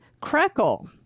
Crackle